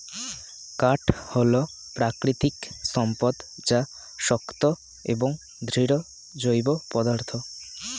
কাঠ হল প্রাকৃতিক সম্পদ যা শক্ত এবং দৃঢ় জৈব পদার্থ